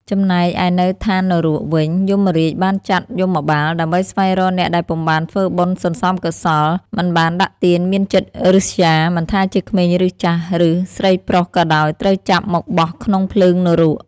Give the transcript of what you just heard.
ចំណែកឯនៅថាននរកវិញ យមរាជបានចាត់យមបាល ដើម្បីស្វែងរកអ្នកដែលពុំបានធ្វើបុណ្យសន្សំកុសល មិនបានដាក់ទានមានចិត្តឬស្យា មិនថាជាក្មេងឬចាស់ឬស្រីប្រុសក៏ដោយត្រូវចាប់មកបោះក្នុងភ្លើងនរក។